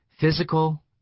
physical